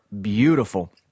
beautiful